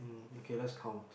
okay let's count